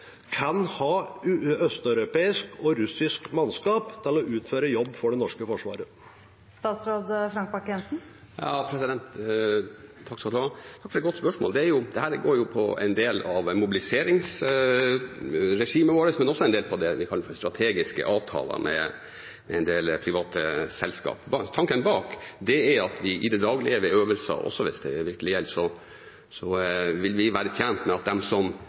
kan ha østeuropeisk og russisk mannskap til å utføre jobb for det norske forsvaret? Takk for et godt spørsmål. Dette går jo på en del av mobiliseringsregimet vårt, men også en del på det vi kaller for strategiske avtaler med en del private selskap. Tanken bak er at vi i de daglig ledede øvelser, også hvis det virkelig gjelder, vil være tjent med at de som